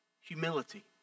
humility